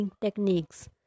techniques